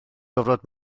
gorfod